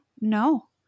No